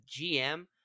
GM